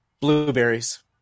Blueberries